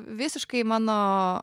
visiškai mano